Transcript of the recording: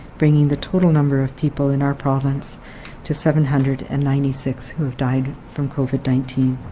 bringing the total number of people in our province to seven hundred and ninety six who have died from covid nineteen.